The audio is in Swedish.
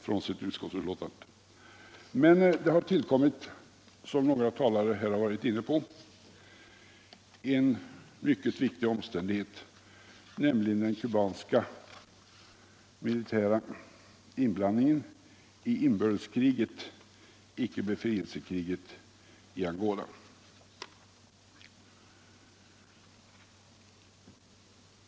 frånsett utskottsbetänkandet. Men det har, såsom några här har varit inne på, tillkommit en mycket viktig omständighet. nämligen den kubanska militära inblandningen i inbördeskriget — icke befrielsekriget —- i Angola.